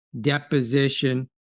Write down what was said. deposition